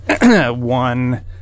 one